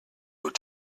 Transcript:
were